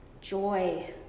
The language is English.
joy